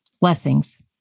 Blessings